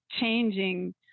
changing